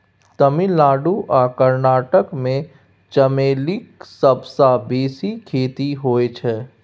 तमिलनाडु आ कर्नाटक मे चमेलीक सबसँ बेसी खेती होइ छै